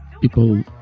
people